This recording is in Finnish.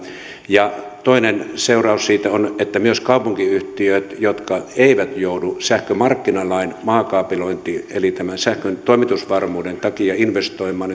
toinen seuraus siitä on että myös kaupunkiyhtiöt jotka eivät joudu sähkömarkkinalain mukaiseen maakaapelointiin eli tämän sähkön toimitusvarmuuden takia investoimaan